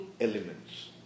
elements